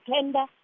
tender